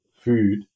food